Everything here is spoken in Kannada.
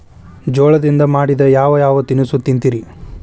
ಜೋಳದಿಂದ ಮಾಡಿದ ಯಾವ್ ಯಾವ್ ತಿನಸು ತಿಂತಿರಿ?